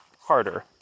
harder